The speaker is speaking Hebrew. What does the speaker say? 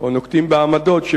או נוקטים עמדות,